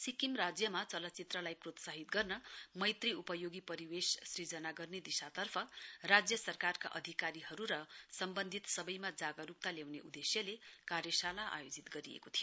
सिक्किममा चलचित्रलाई प्रोत्साहित गर्न मैत्री उपयोगी परिवेश सिर्जना गर्ने दिशातर्फ सरकारका अधिकारीहरू र सम्बन्धित सबैमा जागरूकता ल्याउने उद्देश्यले कार्यशाला आयोजित गरिएको थियो